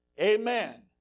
Amen